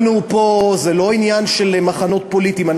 זה לא עניין של מחנות פוליטיים.